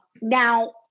Now